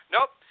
Nope